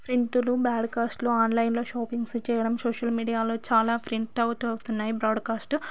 ఫ్రిన్టులు బ్యాడ్కాస్ట్లో ఆన్లైన్లో షాప్పింగ్స్ చేయడం సోషల్ మీడియాలో చాలా ప్రింటౌట్ అవుతున్నాయి బ్రాడ్కాస్ట్